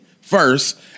first